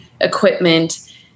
equipment